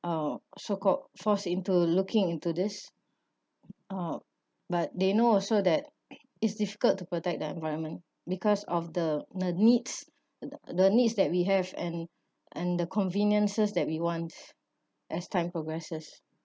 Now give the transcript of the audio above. uh so called forced into looking into this uh but they know also that it's difficult to protect the environment because of the the needs the the needs that we have and and the conveniences that we want as time progresses